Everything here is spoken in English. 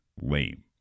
lame